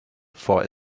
for